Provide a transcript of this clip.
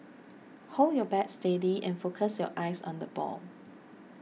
hold your bat steady and focus your eyes on the ball